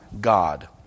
God